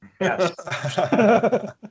Yes